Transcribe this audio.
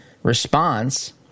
response